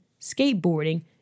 skateboarding